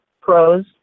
pros